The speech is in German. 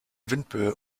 windböe